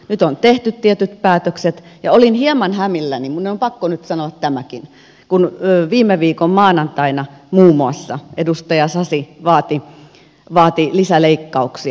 nyt on tehty tietyt päätökset ja olin hieman hämilläni minun on pakko nyt sanoa tämäkin kun viime viikon maanantaina muun muassa edustaja sasi vaati lisäleikkauksia